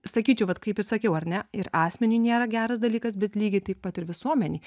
sakyčiau vat kaip ir sakiau ar ne ir asmeniui nėra geras dalykas bet lygiai taip pat ir visuomenei